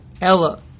Ella